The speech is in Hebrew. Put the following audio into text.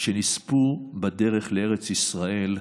שנספו בדרך לארץ ישראל.